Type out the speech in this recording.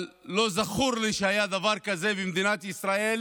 לא זכור לי שהיה דבר כזה במדינת ישראל